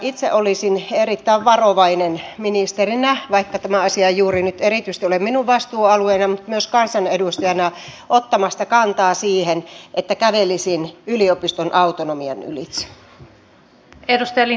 itse olisin erittäin varovainen ministerinä vaikka tämä asia ei juuri nyt erityisesti ole minun vastuualueenani mutta myös kansanedustajana ottamaan kantaa niin että kävelisin yliopiston autonomian ylitse